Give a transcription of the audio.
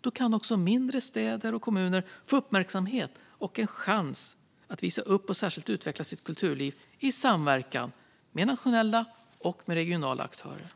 Då kan också mindre städer och kommuner få uppmärksamhet och en chans att visa upp och särskilt utveckla sitt kulturliv i samverkan med nationella och regionala aktörer.